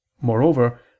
Moreover